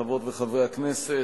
חברות וחברי הכנסת,